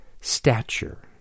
stature